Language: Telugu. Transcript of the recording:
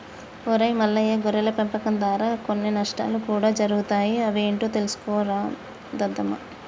ఒరై మల్లయ్య గొర్రెల పెంపకం దారా కొన్ని నష్టాలు కూడా జరుగుతాయి అవి ఏంటో తెలుసుకోరా దద్దమ్మ